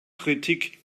kritik